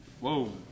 Whoa